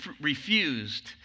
refused